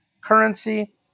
currency